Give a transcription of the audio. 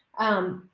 um,